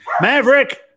Maverick